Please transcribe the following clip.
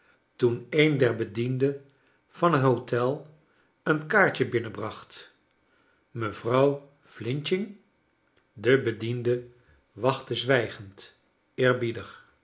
toen een der bedienden van het hotel een kaartje binnenbracht mevrouw flinching be bediende wachtte zwijgend